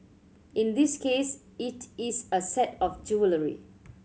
in this case it is a set of jewellery